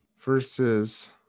versus